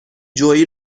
جویی